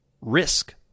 risk